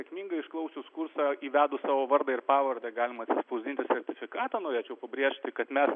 sėkmingai išklausius kursą įvedus savo vardą ir pavardę galima išsispausdinti sertifikatą norėčiau pabrėžti kad mes